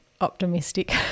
optimistic